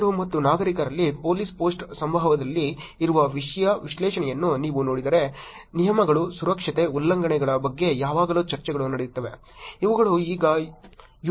ಪೊಲೀಸರು ಮತ್ತು ನಾಗರಿಕರಲ್ಲಿ ಪೊಲೀಸ್ ಪೋಸ್ಟ್ ಸಂವಾದದಲ್ಲಿ ಇರುವ ವಿಷಯ ವಿಶ್ಲೇಷಣೆಯನ್ನು ನೀವು ನೋಡಿದರೆ ನಿಯಮಗಳು ಸುರಕ್ಷತೆ ಉಲ್ಲಂಘನೆಗಳ ಬಗ್ಗೆ ಯಾವಾಗಲೂ ಚರ್ಚೆಗಳು ನಡೆಯುತ್ತವೆ ಇವುಗಳು ಈಗ ಯುನಿಗ್ರಾಮ್ಗಳನ್ನು ಮಾತ್ರ ನೋಡುತ್ತಿವೆ